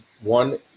one